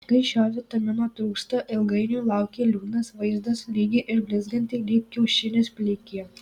kai šio vitamino trūksta ilgainiui laukia liūdnas vaizdas lygi ir blizganti lyg kiaušinis plikė